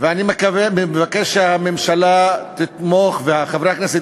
ואני מבקש שהממשלה תתמוך וחברי הכנסת